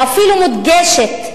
ואפילו מודגשת,